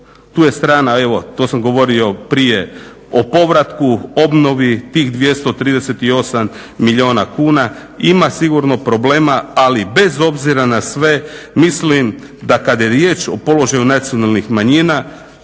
tu je strana, evo to sam govorio prije o povratku, obnovi tih 238 milijuna kuna. Ima sigurno problema, ali bez obzira na sve, mislim da kad je riječ o položaju nacionalnih manjina,